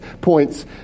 points